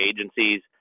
agencies